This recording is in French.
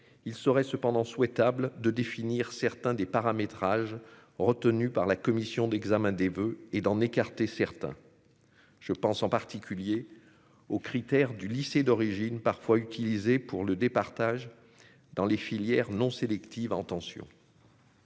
il serait cependant souhaitable de définir certains des paramétrages retenus par la commission d'examen des voeux et d'en écarter certains je pense en particulier aux critères du lycée d'origine parfois utilisé pour le départage dans les filières non sélectives tension.